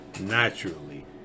naturally